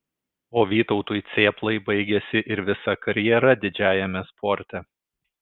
o vytautui cėplai baigėsi ir visa karjera didžiajame sporte